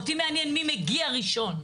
אותי מעניין מי מגיע ראשון.